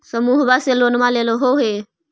समुहवा से लोनवा लेलहो हे?